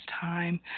time